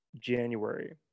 January